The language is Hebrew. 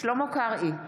שלמה קרעי,